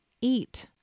eat